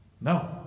No